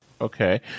Okay